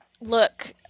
look